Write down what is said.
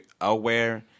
aware